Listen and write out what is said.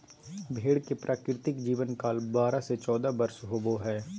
भेड़ के प्राकृतिक जीवन काल बारह से चौदह वर्ष होबो हइ